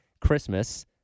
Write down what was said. Christmas